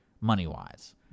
money-wise